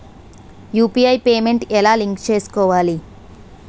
UPI payment ఎలా link చేసుకోవాలి?